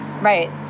Right